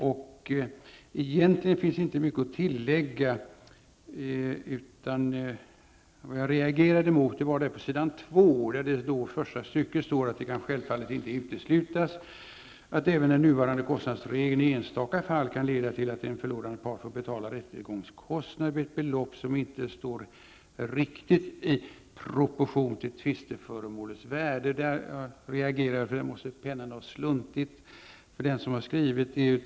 Egentligen finns det inte mycket att tillägga. Jag reagerade emellertid mot en mening i första stycket på s. 2: ''Det kan självfallet inte uteslutas att även den nuvarande kostnadsregeln i enstaka fall kan leda till att en förlorande part får betala rättegångskostnader med ett belopp som inte står riktigt i proportion till tvisteföremålets värde.'' Där måste pennan ha sluntit för den som har skrivit svaret.